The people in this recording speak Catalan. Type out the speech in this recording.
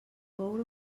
coure